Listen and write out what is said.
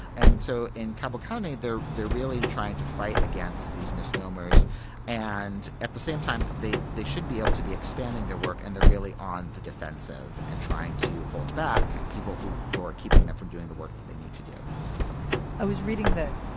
and so in cavalcante there, they're really trying to fight against these misnomers and at the same time they they should be able to be expanding their work and they're really on the defensive and trying to hold back people who who are keeping them from doing the work that they need to do i was reading that,